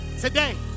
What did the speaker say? today